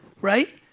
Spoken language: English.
right